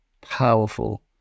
powerful